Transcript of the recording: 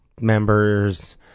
members